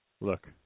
Look